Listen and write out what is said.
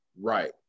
Right